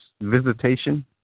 visitation